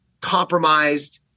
compromised